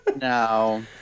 no